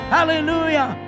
Hallelujah